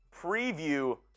preview